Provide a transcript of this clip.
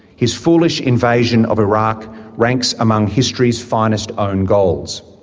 his foolish invasion of iraq ranks among history's finest own-goals.